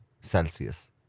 Celsius